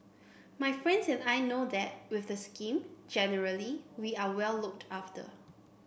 my friends and I know that with the scheme generally we are well looked after